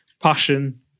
passion